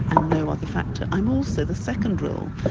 and no other factor. i'm also the second role,